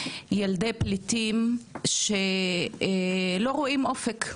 ילדי פליטים שלא רואים אופק,